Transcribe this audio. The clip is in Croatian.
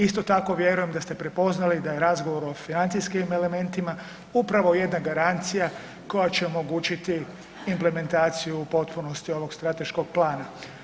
Isto tako vjerujem da ste prepoznali da je razgovor o financijskim dokumentima upravo jedna garancija koja će omogućiti implementaciju u potpunosti ovog strateškog plana.